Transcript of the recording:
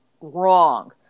wrong